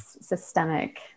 systemic